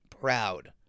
proud